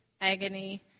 agony